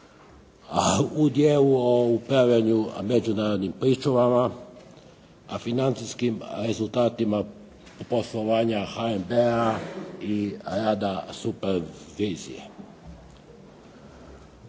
dijelu o upravljanju međunarodnim pričuvama, financijskim rezultatima poslovanja HNB-a i rada supervizije.